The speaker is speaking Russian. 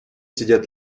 сидят